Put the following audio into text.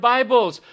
Bibles